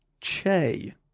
Che